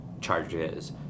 charges